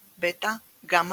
α, β,